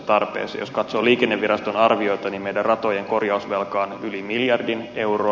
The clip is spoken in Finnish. jos katsoo liikenneviraston arvioita niin meidän ratojemme korjausvelka on yli miljardi euroa